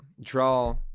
draw